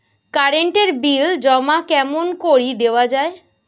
Current এর bill জমা কেমন করি দেওয়া যায়?